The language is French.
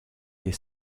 des